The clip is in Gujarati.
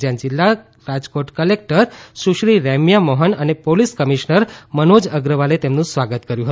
જ્યાં જિલ્લા રાજકોટ ક્લેક્ટર સુશ્રી રૈમ્યા મોહન અને પોલીસ કમિશનર મનોજ અગ્રવાલે તેમનું સ્વાગત કર્યું હતું